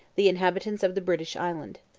the inhabitants of the british island.